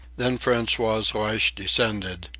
then francois's lash descended,